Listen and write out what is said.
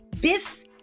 Biff